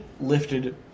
lifted